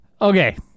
Okay